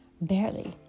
barely